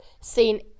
seen